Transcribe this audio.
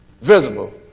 visible